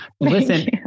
Listen